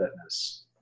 fitness